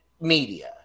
media